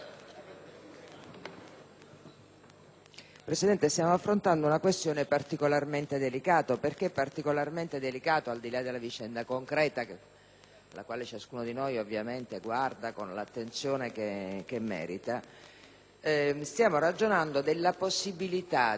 Presidente, stiamo affrontando una questione particolarmente delicata perché, al di là della vicenda concreta, alla quale ciascuno di noi ovviamente guarda con l'attenzione che merita, stiamo ragionando della possibilità -